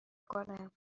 کنم